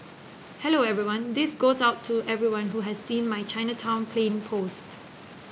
hello everyone this goes out to everyone who has seen my Chinatown plane post